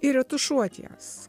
ir retušuot jas